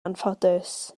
anffodus